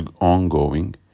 ongoing